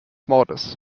mordes